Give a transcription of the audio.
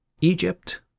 Egypt